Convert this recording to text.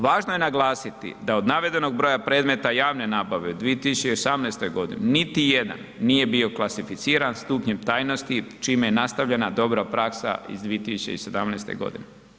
Važno je naglasiti da od navedenog broja predmeta javne nabave u 2018. godini niti jedan nije bio klasificiran stupnjem tajnosti čime je nastavljena dobra praksa iz 2017. godine.